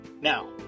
Now